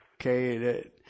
Okay